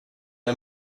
det